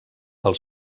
pel